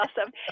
awesome